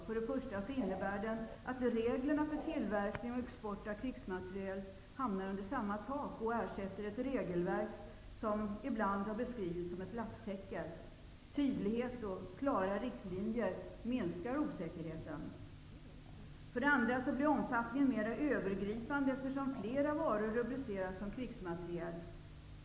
För det första innebär den att reglerna för tillverkning och export av krigsmateriel hamnar under samma tak och ersätter ett regelverk som ibland har beskrivits som ett lapptäcke. Tydlighet och klara riktlinjer minskar osäkerhet. För det andra blir omfattningen mera övergripande, eftersom flera varor rubriceras som krigsmateriel.